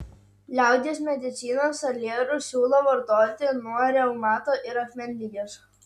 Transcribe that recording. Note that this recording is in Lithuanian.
liaudies medicina salierus siūlo vartoti nuo reumato ir akmenligės